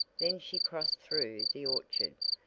then she crossed through the orchard,